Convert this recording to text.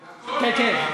נכון?